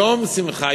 יום שמחה,